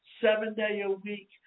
seven-day-a-week